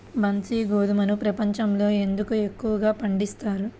బన్సీ గోధుమను ప్రపంచంలో ఎందుకు ఎక్కువగా పండిస్తారు?